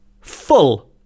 full